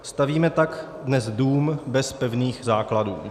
Stavíme tak dnes dům bez pevných základů.